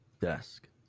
desk